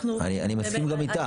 אני מסכים גם איתך.